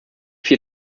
vier